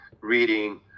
reading